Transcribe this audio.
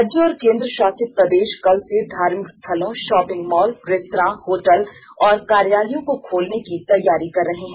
राज्य और केंद्रशासित प्रदेश कल से धार्मिक स्थलों शॉपिंग मॉल रेस्तरां होटल और कार्यालयों को खोलने की तैयारी कर रहे हैं